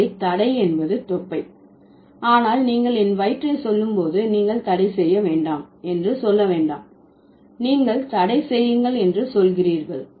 எனவே தடை என்பது தொப்பை ஆனால் நீங்கள் என் வயிற்றை சொல்லும் போது நீங்கள் தடைசெய்ய வேண்டாம் என்று சொல்ல வேண்டாம் நீங்கள் தடை செய்யுங்கள் என்று சொல்கிறீர்கள்